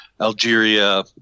Algeria –